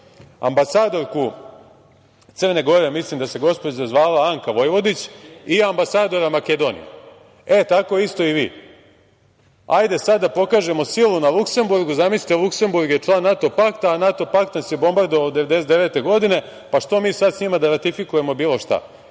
Ambasadorku Crne Gore, mislim da se gospođa zvala Anka Vojvodić i ambasadora Makedonije. E tako isto i vi. Ajde sada da pokažemo silu na Luksemburgu. Zamislite, Luksemburg je član NATO pakta, a NATO pakt nas je bombardovao 1999. godine, pa što mi sada sa njima da ratifikujemo bilo šta?